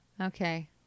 Okay